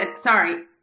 Sorry